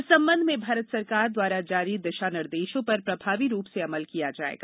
इस संबंध में भारत सरकार द्वारा जारी दिशा निर्देशों पर प्रभावी रूप से अमल किया जायेगा